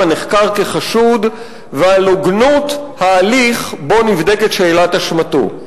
הנחקר כחשוד ועל הוגנות ההליך שבו נבדקת שאלת אשמתו.